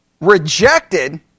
rejected